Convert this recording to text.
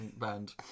band